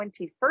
21st